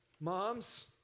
Moms